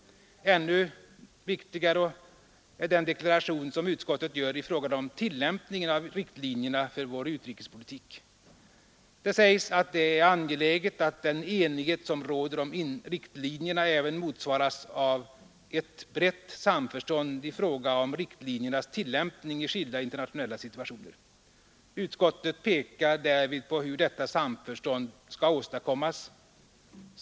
Ännu viktigare är den deklaration som utskottet gör i fråga om tillämpningen av riktlinjerna för vår utrikespolitik. Det sägs att det är angeläget att den enighet som råder om riktlinjerna även motsvaras av ”ett brett samförstånd i fråga om riktlinjernas tillämpning i skilda internationella situationer”. Utskottet pekar därvid på hur detta samförstånd skall åstadkommas.